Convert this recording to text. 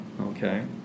Okay